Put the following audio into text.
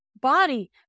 body